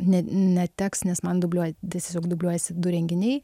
ne neteks nes man dubliuoja tiesiog dubliuojasi du renginiai